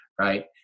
Right